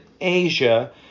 Asia